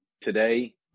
Today